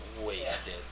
wasted